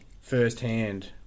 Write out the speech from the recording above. firsthand